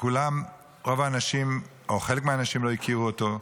ורוב האנשים או חלק מהאנשים לא הכירו אותו.